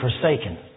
forsaken